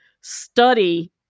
study